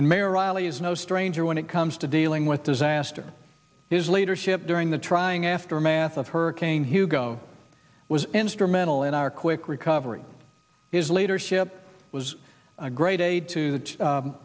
is no stranger when it comes to dealing with disaster his leadership during the trying aftermath of hurricane hugo it was instrumental in our quick recovery is leadership was a great aid to the